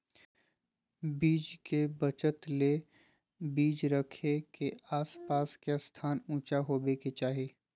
बीज के बचत ले बीज रखे के आस पास के स्थान ऊंचा होबे के चाही